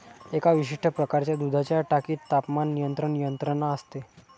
एका विशिष्ट प्रकारच्या दुधाच्या टाकीत तापमान नियंत्रण यंत्रणा असते